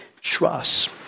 trust